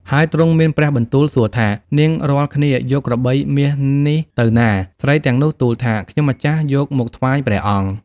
ហើយទ្រង់មានព្រះបន្ទូលសួរថា “នាងរាល់គ្នាយកក្របី មាសនេះទៅណា ?” ស្រីទាំងនោះទួលថា“ខ្ញុំម្ចាស់យកមកថ្វាយព្រះអង្គ ” ។